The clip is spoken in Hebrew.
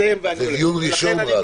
זה דיון ראשון, אנחנו רק בהתחלה.